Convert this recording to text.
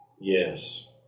Yes